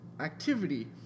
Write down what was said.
activity